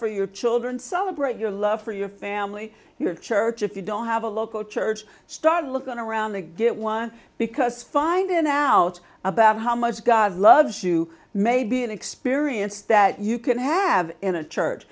for your children celebrate your love for your family your church if you don't have a local church start looking around the get one because findin out about how much god loves you may be an experience that you can have in a church